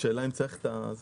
השאלה אם צריך את זה.